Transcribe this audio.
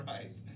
Right